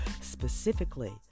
specifically